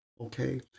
Okay